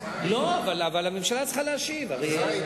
שומע אותנו הוא כבר